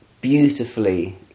beautifully